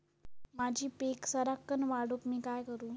माझी पीक सराक्कन वाढूक मी काय करू?